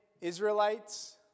Israelites